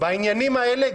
בעניינים האלה,